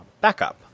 backup